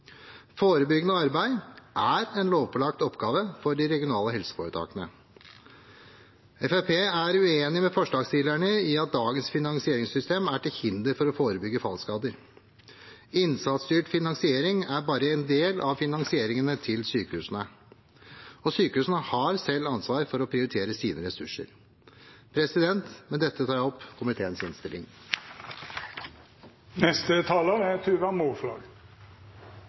Forebyggende arbeid er en lovpålagt oppgave for de regionale helseforetakene. Fremskrittspartiet er uenig med forslagsstillerne i at dagens finansieringssystem er til hinder for å forebygge fallskader. Innsatsstyrt finansiering er bare en del av finansieringen til sykehusene, og sykehusene har selv ansvar for å prioritere sine ressurser. Med dette tilrår jeg komiteens innstilling. Benskjørhet er